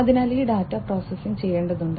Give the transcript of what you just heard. അതിനാൽ ഈ data process ചെയ്യേണ്ടതുണ്ട്